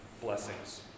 Blessings